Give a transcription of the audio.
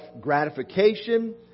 gratification